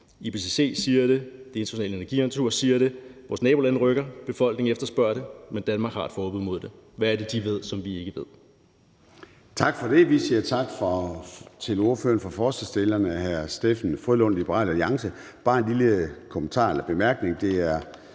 IPCC siger det. Det Internationale Energiagentur siger det. Vores nabolande rykker. Befolkningen efterspørger det, men Danmark har et forbud mod det. Hvad er det, de ved, som vi ikke ved? Kl. 21:44 Formanden (Søren Gade): Tak for det. Vi siger tak til ordføreren for forslagsstillerne, hr. Steffen W. Frølund, Liberal Alliance. Jeg har bare en lille bemærkning.